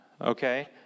okay